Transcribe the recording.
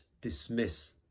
dismiss